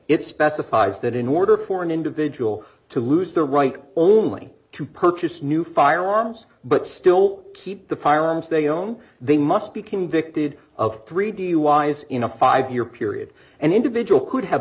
it specifies that in order for an individual to lose their right only to purchase new firearms but still keep the problems they own they must be convicted of three duis in a five year period and individual could have